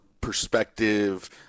perspective